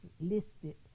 listed